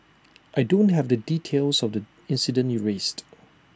I don't have the details of the incident you raised